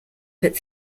but